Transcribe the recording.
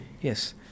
Yes